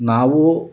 ನಾವು